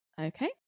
Okay